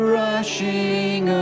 rushing